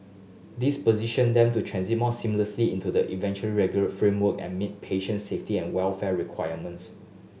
this position them to transit more seamlessly into the eventual regulate framework and meet patient safety and welfare requirements